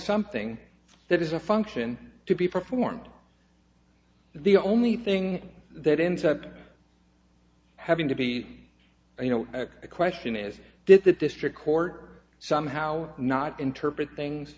something that is a function to be performed the only thing that ends up having to be you know the question is did the district court somehow not interpret things